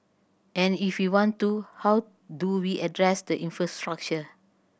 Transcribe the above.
and if we want to how do we address the infrastructure